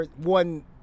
one